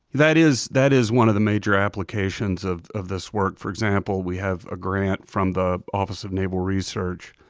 that is that is one of the major applications of of this work. for example, we have a grant from the office of naval research,